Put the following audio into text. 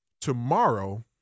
tomorrow